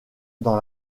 dans